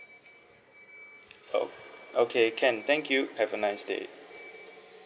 o~ okay can thank you have a nice day